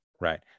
right